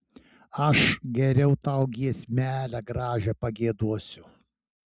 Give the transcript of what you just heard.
aš geriau tau giesmelę gražią pagiedosiu